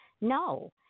no